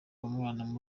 umwana